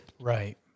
Right